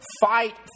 fight